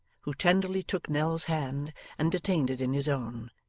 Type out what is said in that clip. who tenderly took nell's hand and detained it in his own,